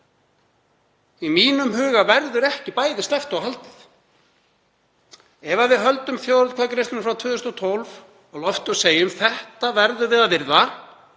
Í mínum huga verður ekki bæði sleppt og haldið. Ef við höldum þjóðaratkvæðagreiðslunni frá 2012 á lofti og segjum að hana verðum við að virða